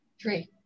Three